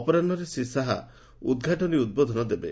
ଅପରାହ୍ରରେ ଶ୍ରୀ ଶାହା ଉଦ୍ଘାଟନୀ ଉଦ୍ବୋଧନ ଦେବେ